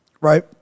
right